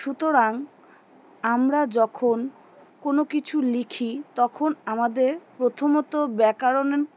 সুতরাং আমরা যখন কোনো কিছু লিখি তখন আমাদের প্রথমত ব্যাকরণের